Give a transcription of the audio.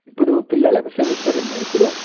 ఇప్పుడు పిల్లలకు సెమిస్టర్ ఉందా ఇప్పుడు